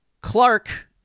Clark